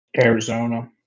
Arizona